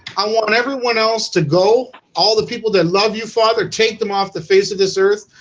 i want and everyone else to go all the people that love you father take them off the face of this earth,